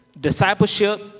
discipleship